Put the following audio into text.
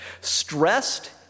Stressed